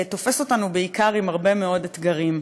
תופס אותנו בעיקר עם הרבה מאוד אתגרים,